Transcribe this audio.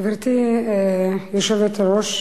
גברתי היושבת-ראש,